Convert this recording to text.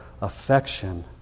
affection